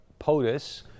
POTUS